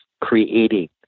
creating